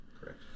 Correct